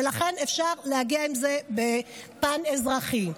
ולכן אפשר להגיע עם זה בפן אזרחי.